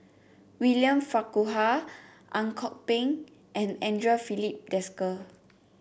William Farquhar Ang Kok Peng and Andre Filipe Desker